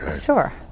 Sure